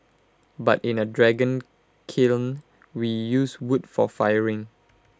but in A dragon kiln we use wood for firing